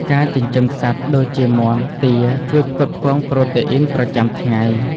ការចិញ្ចឹមសត្វដូចជា មាន់ ទា ជួយផ្គត់ផ្គង់ប្រូតេអ៊ីនប្រចាំថ្ងៃ។